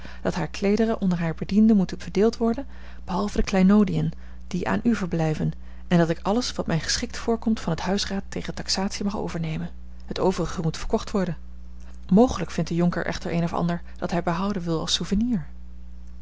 dat hare kleederen onder hare bedienden moeten verdeeld worden behalve de kleinoodiën die aan u verblijven en dat ik alles wat mij geschikt voorkomt van het huisraad tegen taxatie mag overnemen het overige moet verkocht worden mogelijk vindt de jonker echter een of ander dat hij behouden wil als souvenir